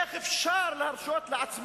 איך אנחנו יכולים להרשות לעצמנו